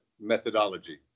methodology